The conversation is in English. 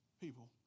people